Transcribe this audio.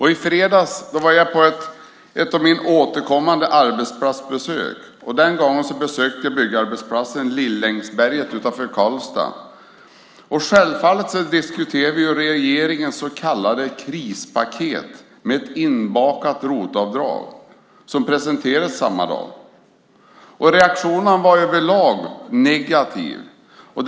I fredags var jag på ett av mina återkommande arbetsplatsbesök. Denna gång besökte jag byggarbetsplatsen Lillängsberget utanför Karlstad. Självfallet diskuterade vi regeringens så kallade krispaket med ett inbakat ROT-avdrag som presenterades samma dag. Reaktionerna var överlag negativa.